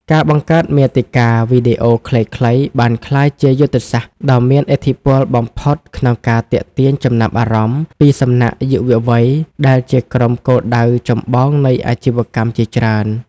ការបង្កើតមាតិកាវីដេអូខ្លីៗបានក្លាយជាយុទ្ធសាស្ត្រដ៏មានឥទ្ធិពលបំផុតក្នុងការទាក់ទាញចំណាប់អារម្មណ៍ពីសំណាក់យុវវ័យដែលជាក្រុមគោលដៅចម្បងនៃអាជីវកម្មជាច្រើន។